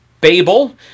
Babel